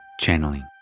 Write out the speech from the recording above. Channeling